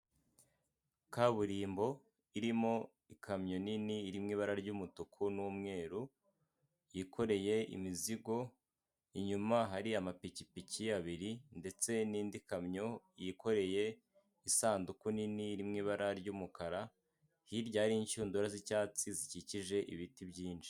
Kaburimbo irimo ikamyo nini irimwo ibara ry'umutuku n'umweru, yikoreye imizigo inyuma hari amapikipiki abiri ndetse n'indi kamyo yikoreye isanduku nini irimo ibara ry'umukara. Hirya hari inshundura z'icyatsi zikikije ibiti byinshi.